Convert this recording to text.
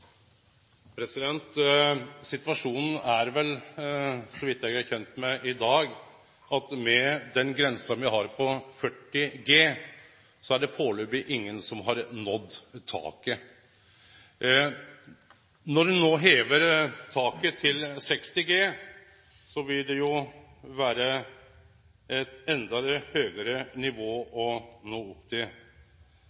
oversendelsesforslag. Situasjonen er, så vidt eg er kjend med, at med den grensa me har i dag på 40 G, er det førebels ingen som har nådd taket. Når ein no hevar taket til 60 G, vil det vere eit enda høgare nivå